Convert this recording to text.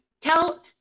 tell